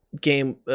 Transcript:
game